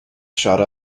shot